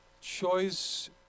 choice